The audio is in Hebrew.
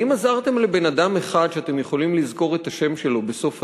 האם עזרתם לאדם אחד שאתם יכולים לזכור את השם שלו בסוף היום?